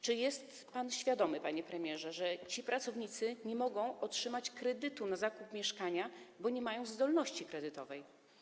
Czy jest pan świadomy, panie premierze, że ci pracownicy nie mogą otrzymać kredytu na zakup mieszkania, bo nie mają zdolności kredytowej?